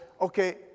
okay